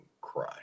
cry